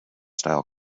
style